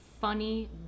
funny